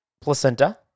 placenta